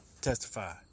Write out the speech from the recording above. testify